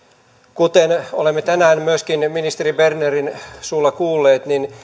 kuten olemme tänään myöskin ministeri bernerin suulla kuulleet niin